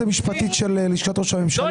המשפטית של לשכת ראש הממשלה ואנשי הסגל.